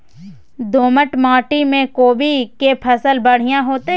दोमट माटी में कोबी के फसल बढ़ीया होतय?